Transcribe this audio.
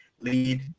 lead